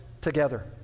together